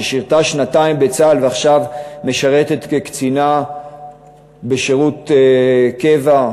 ששירתה שנתיים בצה"ל ועכשיו משרתת כקצינה בשירות קבע,